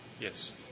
Yes